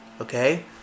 Okay